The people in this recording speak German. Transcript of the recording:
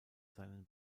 seinen